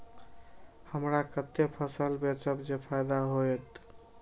हमरा कते फसल बेचब जे फायदा होयत?